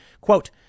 quote